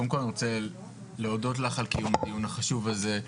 קודם כול אני רוצה להודות לך על קיום הדיון החשוב הזה.